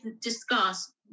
discuss